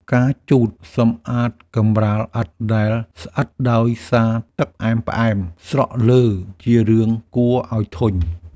ការជូតសម្អាតកម្រាលឥដ្ឋដែលស្អិតដោយសារទឹកផ្អែមៗស្រក់លើ ជារឿងគួរឱ្យធុញ។